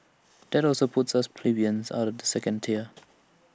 that also puts us plebeians out of the second tier